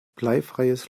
bleifreies